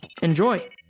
Enjoy